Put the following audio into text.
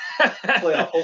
playoff